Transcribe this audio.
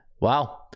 wow